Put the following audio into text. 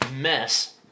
mess